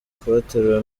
kubaterura